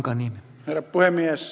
herra puhemies